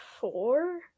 four